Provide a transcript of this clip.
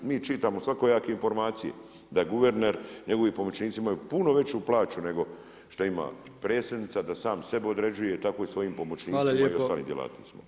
Mi čitamo svakojake informacije, da guverner, njegovi pomoćnici imaju puno veću plaću nego šta ima predsjednica, da sam sebi određuje i tako svojim pomoćnicima i ostalim djelatnicima.